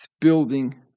building